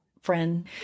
friend